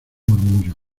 murmullo